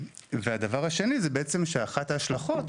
הדבר השני זה בעצם שאחת ההשלכות,